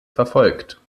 verfolgt